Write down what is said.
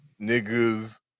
niggas